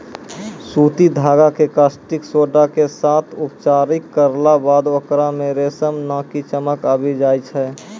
सूती धागा कॅ कास्टिक सोडा के साथॅ उपचारित करला बाद होकरा मॅ रेशम नाकी चमक आबी जाय छै